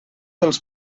els